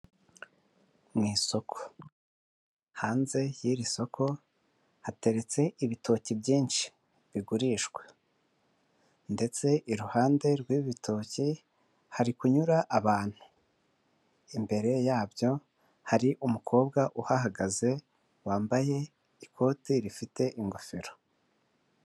Mu isoko, hanze y'iri soko hateretse ibitoki byinshi bigurishwa ndetse iruhande rw'ibitoki hari kunyura abantu, imbere yabyo hari umukobwa uhahagaze wambaye ikote rifite ingofero.